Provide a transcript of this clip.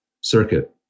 circuit